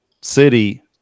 City